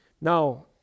Now